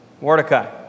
Mordecai